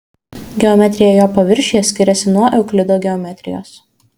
geometrija jo paviršiuje skiriasi nuo euklido geometrijos